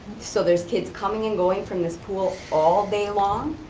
so there's kids coming and going from this pool all day long.